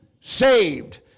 saved